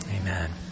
Amen